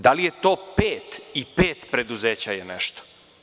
Da li je to pet, i pet preduzeća je nešto.